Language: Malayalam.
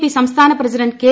പി സംസ്ഥാന പ്രസിഡന്റ് കെ